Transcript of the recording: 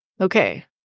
okay